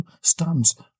stands